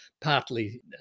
partly